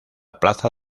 plaza